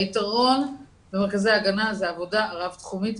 היתרון במרכזי ההגנה זה העבודה הרב התחומית,